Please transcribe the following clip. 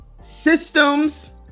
systems